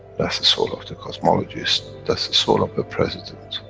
that's the soul of the cosmologist, that's the soul of a president.